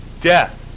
death